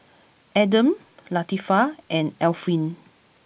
Adam Latifa and Alfian